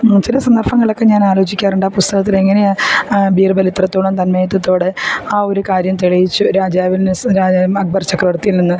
ചില സന്ദര്ഭങ്ങളിലൊക്കെ ഞാനാലോചിക്കാറുണ്ടാ പുസ്തകത്തിലെങ്ങനെയാണ് ബീർബലിത്രത്തോളം തന്മയത്വത്തോടെ ആ ഒരു കാര്യം തെളിയിച്ചു രാജാവിന് എസ് രായ അക്ബർ ചക്രവർത്തിയില് നിന്ന്